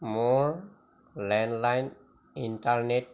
মোৰ landline internet